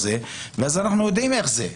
ואז אנחנו יודעים איך זה,